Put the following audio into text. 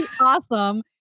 awesome